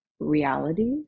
Reality